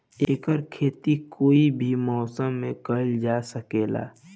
एकर खेती कोई भी मौसम मे कइल जा सके ला